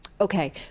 okay